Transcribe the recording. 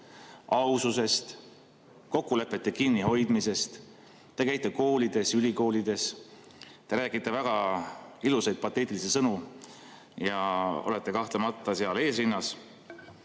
aususest, kokkulepetest kinnihoidmisest. Te käite koolides ja ülikoolides, te räägite väga ilusaid pateetilisi sõnu ja olete kahtlemata selles esirinnas.